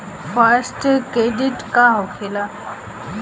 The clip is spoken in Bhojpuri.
फास्ट क्रेडिट का होखेला?